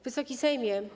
Wysoki Sejmie!